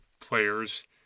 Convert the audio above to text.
players